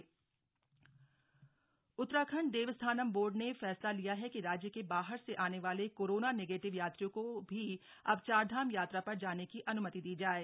चारधाम यात्रा उत्तराखंड देवस्थनम बोर्ड ने फैसला लिया है कि राज्य के बाहर से आने वाले कोरोना नेगेटिव यात्रियों को भी अब चारधाम यात्रा पर जाने की अन्मति दी जाएगी